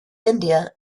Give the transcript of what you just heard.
india